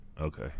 Okay